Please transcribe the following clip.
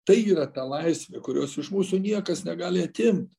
tai yra ta laisvė kurios iš mūsų niekas negali atimt